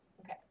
Okay